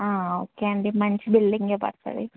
okay అండి మంచి బిల్డింగే పడుతుంది